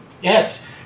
Yes